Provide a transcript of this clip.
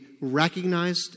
recognized